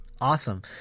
awesome